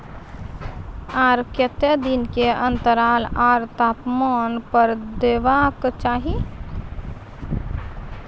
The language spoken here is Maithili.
आर केते दिन के अन्तराल आर तापमान पर देबाक चाही?